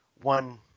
one